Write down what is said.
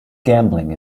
gambling